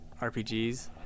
RPGs